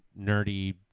nerdy